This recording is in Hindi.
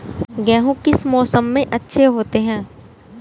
गेहूँ किस मौसम में अच्छे होते हैं?